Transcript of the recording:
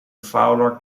fowler